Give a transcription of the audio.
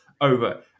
over